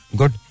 good